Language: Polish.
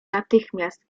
natychmiast